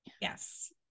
yes